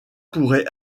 pourrait